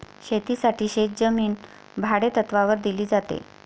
शेतीसाठी शेतजमीन भाडेतत्त्वावर दिली जाते